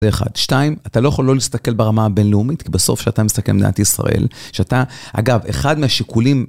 זה אחד. שתיים, אתה לא יכול לא להסתכל ברמה הבינלאומית, כי בסוף שאתה מסתכל במדינת ישראל, שאתה, אגב, אחד מהשיקולים...